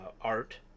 art